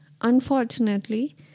Unfortunately